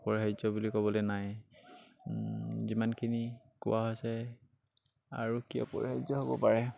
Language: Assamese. অপৰিহাৰ্য বুলি ক'বলৈ নাই যিমানখিনি কোৱা হৈছে আৰু কি অপৰিহাৰ্য হ'ব পাৰে